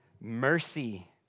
mercy